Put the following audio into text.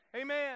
Amen